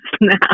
now